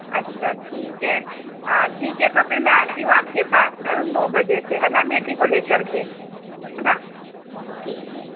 अच्छा ठीक है ठीक है तो फिर मैं आती हूँ आपके पास कल दो बजे से है न बेटी को लेकर के है ना ठीक है